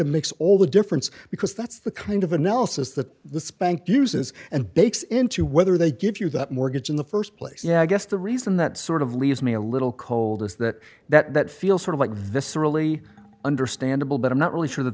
makes all the difference because that's the kind of analysis that the spank uses and bakes into whether they give you that mortgage in the st place yeah i guess the reason that sort of leaves me a little cold is that that feels sort of like viscerally understandable but i'm not really sure that